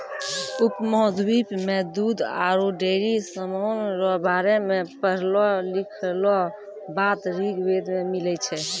उपमहाद्वीप मे दूध आरु डेयरी समान रो बारे मे पढ़लो लिखलहा बात ऋग्वेद मे मिलै छै